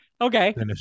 Okay